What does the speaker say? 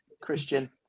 Christian